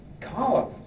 columns